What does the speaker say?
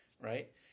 right